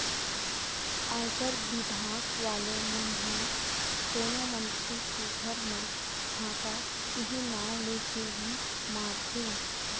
आयकर बिभाग वाले मन ह कोनो मनखे के घर म छापा इहीं नांव लेके ही मारथे